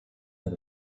that